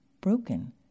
broken